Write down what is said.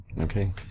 Okay